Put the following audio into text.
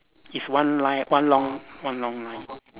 it's one line one long one long line